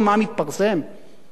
שגם זה חשוב בפני עצמו,